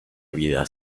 había